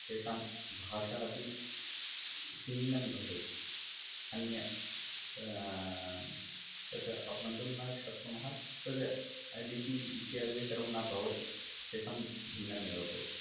तेषां भाषा अपि भिन्नं भवति अन्यत् तत् अवगन्तुं न शक्नुमः तत् लिपि इत्यादिकं सर्वं न भवति तेषां भिन्नमेव भवति